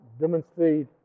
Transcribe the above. demonstrate